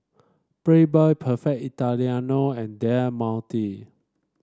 Playboy Perfect Italiano and Del Monte